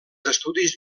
estudis